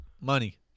Money